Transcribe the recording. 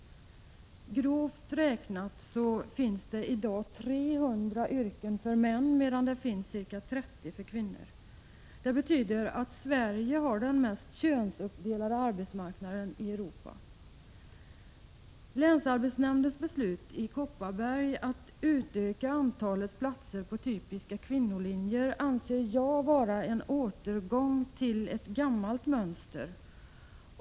Grovt räknat finns det i dag 300 yrken för män, medan det finns ca 30 för kvinnor. Det betyder att Sverige har den mest könsuppdelade arbetsmarknaden i Europa. Länsarbetsnämndens i Kopparberg beslut att utöka antalet platser på typiska kvinnolinjer anser jag vara en återgång till ett gammalt mönster.